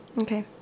Okay